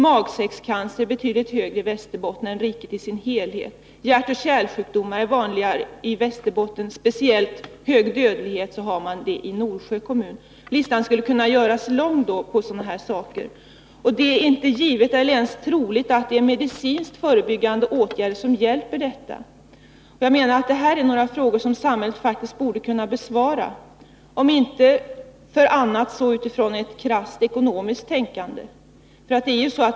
Magsäckscancer är betydligt vanligare i Västerbotten än i riket i sin helhet. Hjärtoch kärlsjukdomar är vanliga i Västerbotten, speciellt hög dödlighet har man i Norsjö kommun. Listan över sådana här saker skulle kunna göras lång. Det är inte givet eller ens troligt att det är medicinskt förebyggande åtgärder som hjälper. Det här är frågor som samhället faktiskt borde kunna besvara, om inte för annat så i varje fall utifrån ett krasst ekonomiskt tänkande.